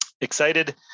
excited